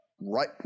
right